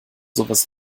sowas